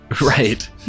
Right